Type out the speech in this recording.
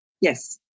Yes